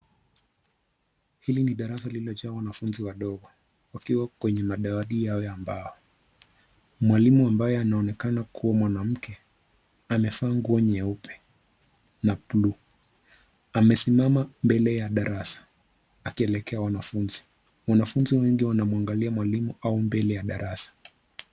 Hili ni darasa limejaa wanafunzi wadogo wakiwa kwenye madawati yao ya mbao, mwalimu ambaye anaonekana kuwa mwanamke amevaa nguo nyeupe na bluu, amesimama mbele ya darasa akielekea wanafunzi , wanafunzi wengi wanamwangalia mwalimu au mbele ya darasa.